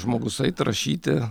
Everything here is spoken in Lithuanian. žmogus eit rašyti